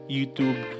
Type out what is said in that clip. YouTube